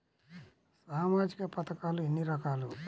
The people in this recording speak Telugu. సామాజిక పథకాలు ఎన్ని రకాలు?